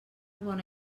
bona